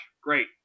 Great